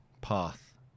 path